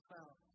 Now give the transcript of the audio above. Found